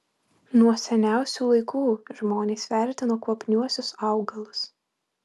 nuo seniausių laikų žmonės vertino kvapniuosius augalus